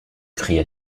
cria